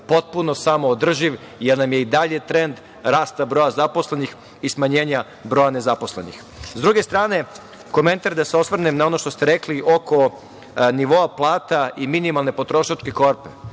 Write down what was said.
potpuno samoodrživ, jer nam je i dalje trend rasta broja zaposlenih i smanjenja broja nezaposlenih.S druge strane, komentar, da se osvrnem na ono što ste rekli oko nivoa plata i minimalne potrošačke korpe.